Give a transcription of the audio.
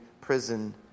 prison